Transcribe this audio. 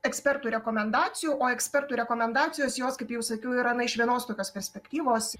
ekspertų rekomendacijų o ekspertų rekomendacijos jos kaip jau sakiau yra na iš vienos tokios perspektyvos